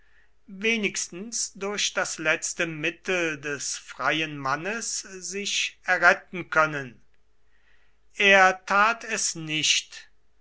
wenigstens durch das letzte mittel des freien mannes sich erretten können er tat es nicht